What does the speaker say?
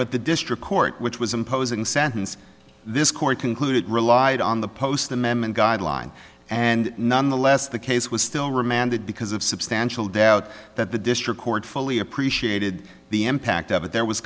but the district court which was imposing sentence this court concluded relied on the post amendment guideline and nonetheless the case was still remanded because of substantial doubt that the district court fully appreciated the impact of it there was